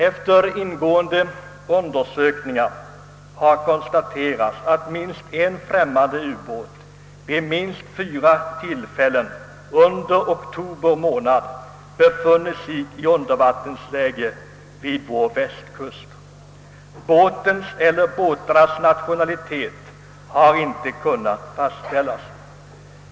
Efter ingående undersökningar har konstaterats, att minst en främmande ubåt vid åtminstone fyra tillfällen under oktober månad befunnit sig i undervattensläge vid vår västkust. Båtens eller båtarnas nationalitet har inte kunnat fastställas.